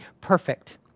perfect